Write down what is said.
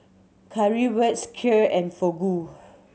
Currywurst Kheer and Fugu